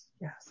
yes